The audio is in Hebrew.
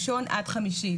ראשון-חמישי,